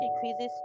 decreases